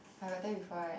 I attend before right